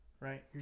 Right